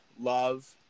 love